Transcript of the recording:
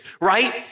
right